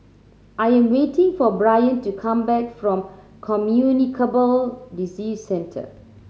I am waiting for Brion to come back from Communicable Disease Centre